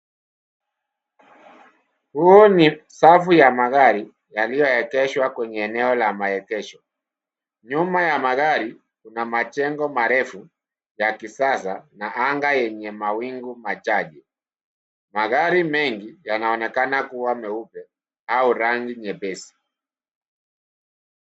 Huu ni safu ya magari yaliyoegeshwa kwenye eneo la maegesho. Nyuma ya magari kuna majengo marefu ya kisasa na anga yenye mawingu machache. Magari mengi yanaonekana kuwa nyeupe au rangi nyepesi.